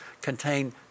contain